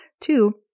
two